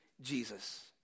Jesus